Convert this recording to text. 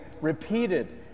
repeated